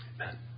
Amen